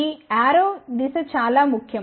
ఈ యారో దిశ చాలా ముఖ్యం